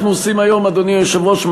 אדוני היושב-ראש,